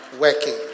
working